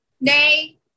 Nay